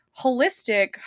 holistic